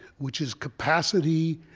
which is capacity,